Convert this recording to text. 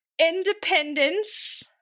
Independence